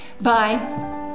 Bye